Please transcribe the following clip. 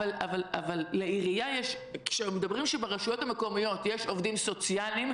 אבל כשמדברים על כך שברשויות המקומיות יש עובדים סוציאליים,